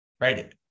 right